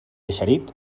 eixerit